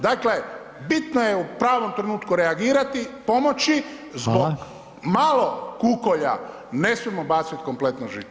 Dakle, bitno je u pravom trenutku reagirati, pomoći, zbog malo kukolja ne smijemo bacit kompletno žito.